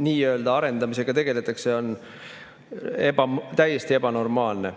nii‑öelda arendamisega tegeletakse, on täiesti ebanormaalne.